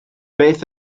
beth